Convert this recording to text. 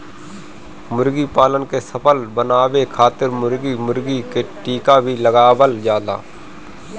मुर्गीपालन के सफल बनावे खातिर मुर्गा मुर्गी के टीका भी लगावल जाला